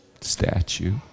statue